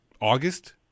August